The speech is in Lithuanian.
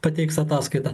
pateiks ataskaitą